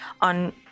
on